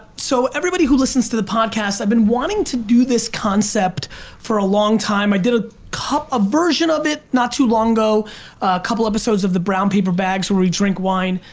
so everybody who listens to the podcast, i've been wanting to do this concept for a long time. i did ah a version of it not too long ago. a couple episodes of the brown paper bags where we drink wine,